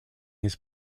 his